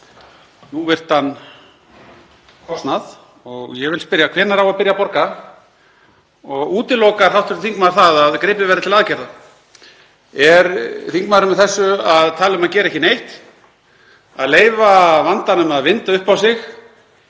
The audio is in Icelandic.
núvirtan kostnað. Ég vil spyrja: Hvenær á að byrja að borga og útilokar hv. þingmaður að gripið verði til aðgerða? Er þingmaðurinn með þessu að tala um að gera ekki neitt? Leyfa vandanum að vinda upp á sig